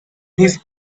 his